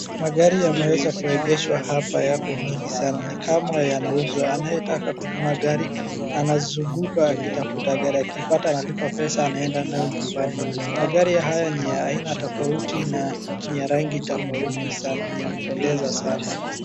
Magari yameweza kuegeshwa hapa yako mengi sana, ni kama yanauzwa. Anayetaka kununua gari anazunguka akitafuta gari. Akiipata analipa pesa anaenda nayo nyumbani. Magari haya ni ya aina tofauti na ni ya rangi tofauti sana, ni ya kupendeza sana.